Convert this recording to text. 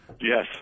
Yes